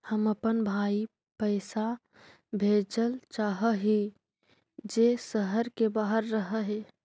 हम अपन भाई पैसा भेजल चाह हीं जे शहर के बाहर रह हे